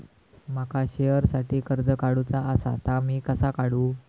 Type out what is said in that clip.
माका शेअरसाठी कर्ज काढूचा असा ता मी कसा काढू?